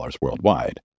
worldwide